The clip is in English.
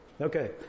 Okay